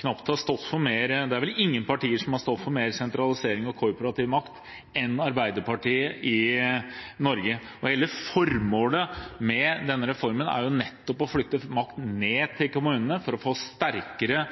Det er vel ingen partier som har stått for mer sentralisering og korporativ makt enn Arbeiderpartiet i Norge. Hele formålet med denne reformen er nettopp å flytte makt ned til kommunene for å få sterkere